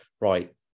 Right